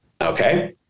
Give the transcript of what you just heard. Okay